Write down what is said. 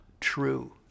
true